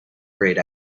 grayed